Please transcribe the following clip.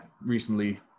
recently